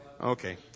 Okay